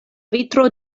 vitro